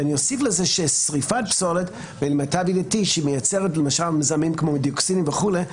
אני אוסיף לזה ששריפת פסולת --- שמייצרת מזהמים כמו דיוקסין וכולי,